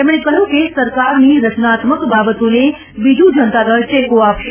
તેમણે કહ્યું કે સરકારની રચનાત્મક બાબતોને બીજુ જનતાદળ ટેકો આપશે